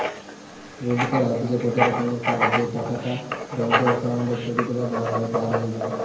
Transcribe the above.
credit card হতিছে গটে রকমের কার্ড যেই টাকাটা ব্যাঙ্ক অক্কোউন্টে ক্রেডিট বা ধার হয়ে যায়